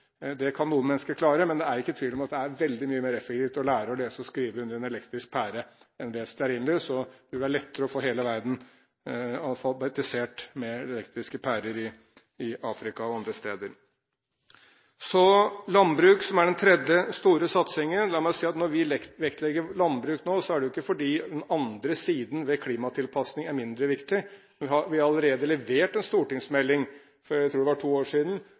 Det kan noen mennesker klare, men det er ikke tvil om at det er veldig mye mer effektivt å lære å lese og skrive under en elektrisk pære enn ved et stearinlys. Det vil være lettere å få hele verden alfabetisert med elektriske pærer i Afrika og andre steder. Så til landbruk, som er den tredje store satsingen. La meg si at når vi vektlegger landbruk nå, er det ikke fordi den andre siden ved klimatilpasning er mindre viktig. Vi har allerede levert en stortingsmelding, jeg tror det var for to år siden,